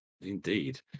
indeed